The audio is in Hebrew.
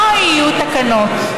לא יהיו תקנות.